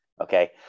Okay